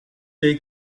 est